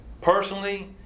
personally